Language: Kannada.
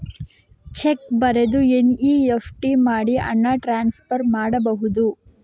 ಚೆಕ್ ಬರೆದು ಎನ್.ಇ.ಎಫ್.ಟಿ ಮಾಡಿ ಹಣ ಟ್ರಾನ್ಸ್ಫರ್ ಮಾಡಬಹುದು?